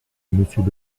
monsieur